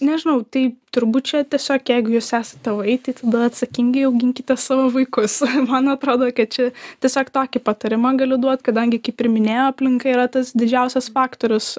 nežinau tai turbūt čia tiesiog jeigu jūs esat tėvai tai tada atsakingai auginkite savo vaikus man atrodo kad čia tiesiog tokį patarimą galiu duot kadangi kaip ir minėjo aplinka yra tas didžiausias faktorius